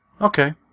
Okay